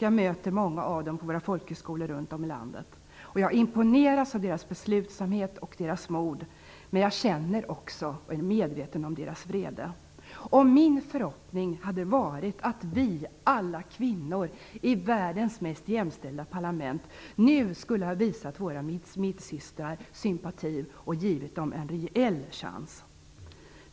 Jag möter många av dem på våra folkhögskolor runt om i landet. Jag imponeras av deras beslutsamhet och deras mod. Men jag känner också och är medveten om deras vrede. Min förhoppning var att vi alla kvinnor i världens mest jämställda parlament nu skulle ha visat våra medsystrar sympati och givit dem en rejäl chans.